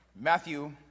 Matthew